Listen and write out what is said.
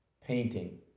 painting